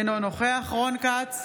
אינו נוכח רון כץ,